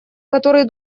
который